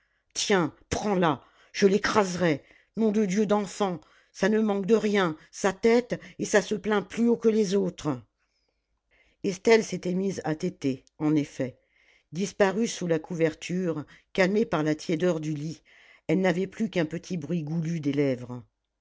tiens prends-la je l'écraserais nom de dieu d'enfant ça ne manque de rien ça tète et ça se plaint plus haut que les autres estelle s'était mise à téter en effet disparue sous la couverture calmée par la tiédeur du lit elle n'avait plus qu'un petit bruit goulu